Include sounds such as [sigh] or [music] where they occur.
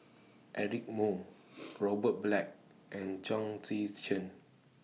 Eric Moo [noise] Robert Black and Chong Tze Chien